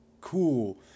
cool